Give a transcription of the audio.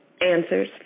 answers